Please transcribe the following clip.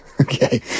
okay